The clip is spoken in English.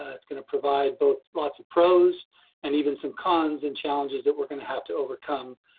ah it's going to provide both lots of pros and even some cons and challenges that we're going to have to overcome,